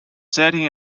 sitting